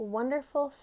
wonderful